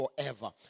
forever